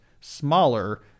smaller